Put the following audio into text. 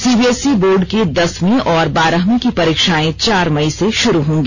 CBSE board की दसवीं और बारहवीं की परीक्षाएं चार मई से शुरू होंगी